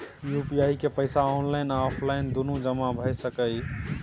UPI के पैसा online आ ऑफलाइन दुनू जमा भ सकै इ?